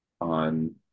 on